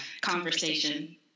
conversation